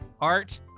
art